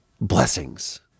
Blessings